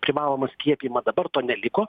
privalomą skiepijimą dabar to neliko